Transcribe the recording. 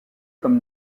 comme